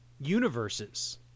universes